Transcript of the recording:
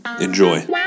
Enjoy